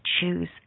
choose